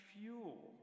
fuel